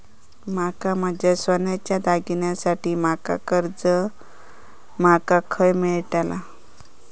माका माझ्या सोन्याच्या दागिन्यांसाठी माका कर्जा माका खय मेळतल?